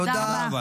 תודה רבה.